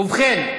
ובכן,